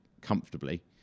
comfortably